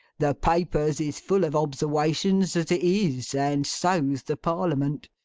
the papers is full of obserwations as it is and so's the parliament.